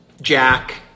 Jack